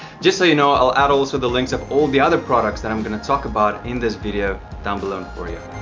just so you know i'll add also the links of all the other products that i'm going to talk about in this video down below for you